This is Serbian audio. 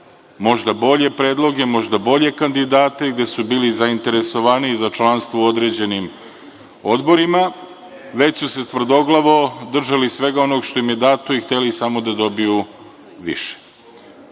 možda bolje predloge, možda bolje kandidate, gde su bili zainteresovaniji za članstvo u određenim odborima, već su se tvrdoglavo držali svega onoga što im je dato i hteli samo da dobiju